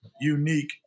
unique